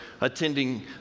attending